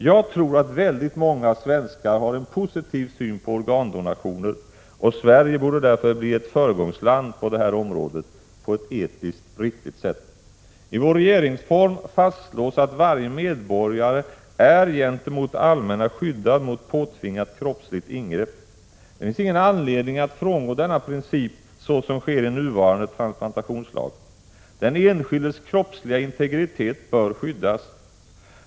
Jag tror att väldigt många svenskar har en positiv syn på organdonationer, och Sverige borde därför bli ett föregångsland på det här området, på ett etiskt riktigt sätt. I vår regeringsform fastslås att varje medborgare är gentemot det allmänna skyddad mot påtvingat kroppsligt ingrepp. Det finns ingen anledning att frångå denna princip, såsom sker i nuvarande transplantationslag. Den enskildes kroppsliga integritet bör skyddas.